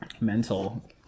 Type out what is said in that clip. Mental